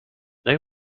they